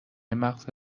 مغر